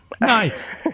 Nice